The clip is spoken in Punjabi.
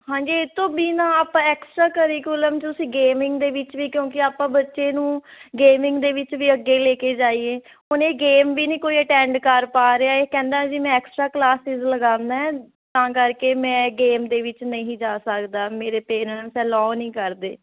ਹਾਂਜੀ ਇਹ ਤੋਂ ਬਿਨਾਂ ਆਪਾਂ ਐਕਸਟਰਾ ਕਰੀਕੁਲਮ ਤੁਸੀਂ ਗੇਮਿੰਗ ਦੇ ਵਿੱਚ ਵੀ ਕਿਉਂਕਿ ਆਪਾਂ ਬੱਚੇ ਨੂੰ ਗੇਮਿੰਗ ਦੇ ਵਿੱਚ ਵੀ ਅੱਗੇ ਲੈ ਕੇ ਜਾਈਏ ਉਹਨੇ ਗੇਮ ਵੀ ਨਹੀਂ ਕੋਈ ਅਟੈਂਡ ਕਰ ਪਾ ਰਿਹਾ ਕਹਿੰਦਾ ਜੀ ਮੈਂ ਐਕਸਟਰਾ ਕਲਾਸਿਜ ਲਗਾਉਂਦਾ ਤਾਂ ਕਰਕੇ ਮੈਂ ਗੇਮ ਦੇ ਵਿੱਚ ਨਹੀਂ ਜਾ ਸਕਦਾ ਮੇਰੇ ਪੇਰੈਂਟਸ ਅਲੋ ਨਹੀਂ ਕਰਦੇ